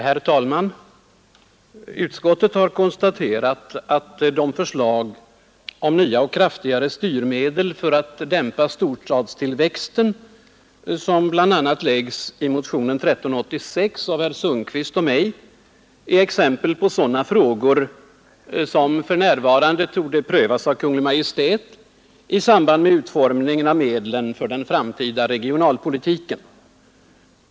Herr talman! Utskottet har konstaterat, att de förslag om nya och kraftigare styrmedel för att dämpa storstadstillväxten som bl.a. framläggs i motionen 1386 av herr Sundkvist och mig är exempel på sådana frågor som för närvarande torde prövas av Kungl. Maj:t i samband med utformningen av medlen för den framtida regionalpolitiken.